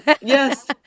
Yes